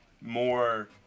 more